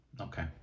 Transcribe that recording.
Okay